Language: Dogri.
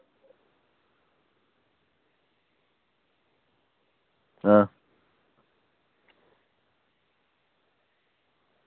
आं